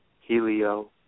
Helio